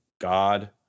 God